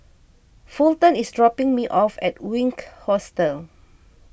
Fulton is dropping me off at Wink Hostel